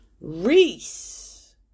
Reese